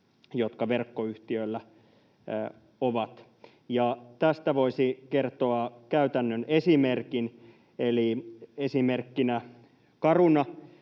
jotka verkkoyhtiöillä on. Ja tästä voisi kertoa käytännön esimerkin. Eli esimerkkinä on Caruna,